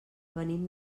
venim